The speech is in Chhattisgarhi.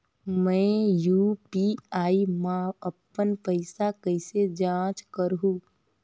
मैं यू.पी.आई मा अपन पइसा कइसे जांच करहु?